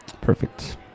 perfect